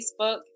Facebook